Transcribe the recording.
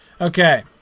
Okay